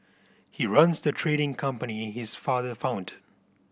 he runs the trading company his father founded